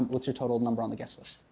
what's your total number on the guest list?